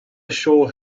assure